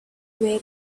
very